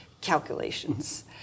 calculations